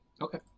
Okay